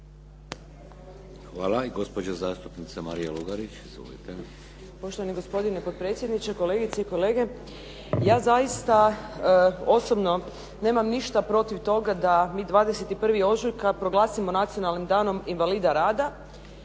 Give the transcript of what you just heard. Hvala. I gospođa zastupnica Marija Lugarić. Izvolite. **Lugarić, Marija (SDP)** Poštovani gospodine potpredsjedniče, kolegice i kolege. Ja zaista osobno nemam ništa protiv toga da mi 21. ožujka proglasimo nacionalnim danom invalida rada,